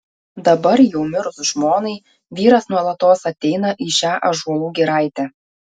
dabar jau mirus žmonai vyras nuolatos ateina į šią ąžuolų giraitę